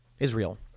Israel